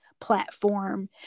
platform